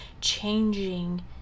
changing